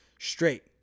Straight